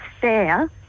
fair